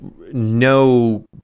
no